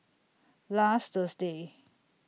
last Thursday